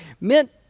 meant